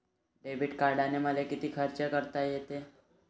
Debit कार्डानं मले किती खर्च करता येते?